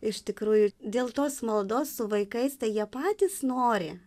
iš tikrųjų dėl tos maldos su vaikais tai jie patys nori